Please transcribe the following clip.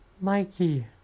Mikey